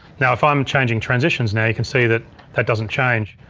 now if i'm changing transitions, now you can see that that doesn't change.